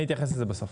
אני אתייחס לזה בסוף.